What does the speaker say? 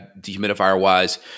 dehumidifier-wise